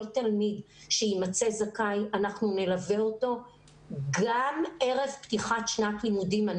תלמיד שיימצא זכאי אנחנו נלווה אותו גם ערב פתיחת שנת לימודים.